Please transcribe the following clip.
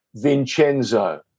vincenzo